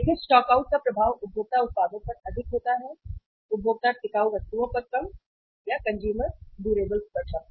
देखें स्टॉकआउट का प्रभाव उपभोक्ता उत्पादों पर अधिक होता है उपभोक्ता टिकाऊ वस्तुओं पर कम कंज्यूमर ड्यूरेबल्स पर कम